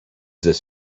this